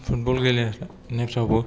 football गेलेनायफ्रावबो